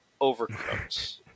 overcooked